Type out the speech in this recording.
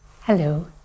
Hello